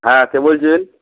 হ্যাঁ কে বলছেন